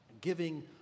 giving